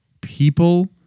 People